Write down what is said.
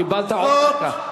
קיבלת עוד דקה.